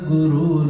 Guru